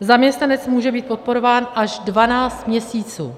Zaměstnanec může být podporován až dvanáct měsíců.